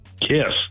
kiss